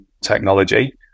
technology